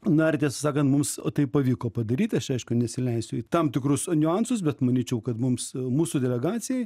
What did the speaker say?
na ir tiesą sakant mums tai pavyko padaryti aš čia aišku nesileisiu į tam tikrus niuansus bet manyčiau kad mums mūsų delegacijai